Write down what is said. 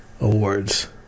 awards